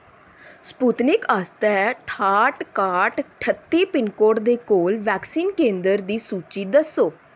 Sputnik आस्तै ठाट काट ठत्ती पिनकोड दे कोल वैक्सीन केंदर दी सूची दस्सो